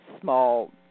small